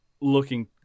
looking